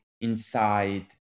inside